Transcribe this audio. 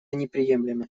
неприемлемо